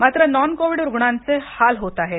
मात्र non covid रुग्णांचे हाल होतआहेत